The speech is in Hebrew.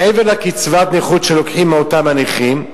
מעבר לקצבת נכות שלוקחים מאותם הנכים,